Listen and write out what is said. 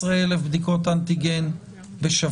אז אנחנו בעצם נמצאים ב-15,000 בדיקות אנטיגן בשבוע?